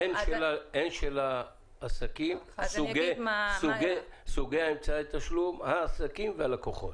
הן של העסקים, סוגי אמצעי תשלום, העסקים והלקוחות.